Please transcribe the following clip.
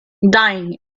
dying